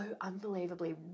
unbelievably